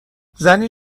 زنی